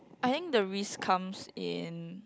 I think the risk comes in